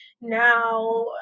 now